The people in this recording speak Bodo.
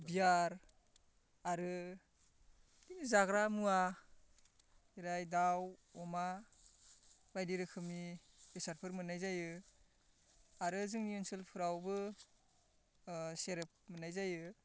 बियार आरो जाग्रा मुवा ओमफ्राय दाउ अमा बायदि रोखोमनि बेसादफोर मोननाय जायो आरो जोंनि ओनसोलफोरावबो सेरेप मोननाय जायो